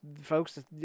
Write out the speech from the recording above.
folks